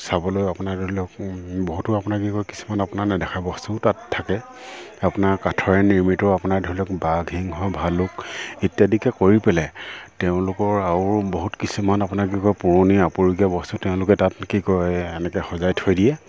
চাবলৈ আপোনাৰ ধৰি লওক বহুতো আপোনাক কি কয় কিছুমান আপোনাৰ নেদেখা বস্তুও তাত থাকে আপোনাৰ কাঠৰে নিৰ্মিত আপোনাৰ ধৰি লওক বাঁহ সিংহ ভালুক ইত্যাদিকে কৰি পেলাই তেওঁলোকৰ আৰু বহুত কিছুমান আপোনাৰ কি কয় পুৰণি আপুৰুগীয়া বস্তু তেওঁলোকে তাত কি কৰে এনেকৈ সজাই থৈ দিয়ে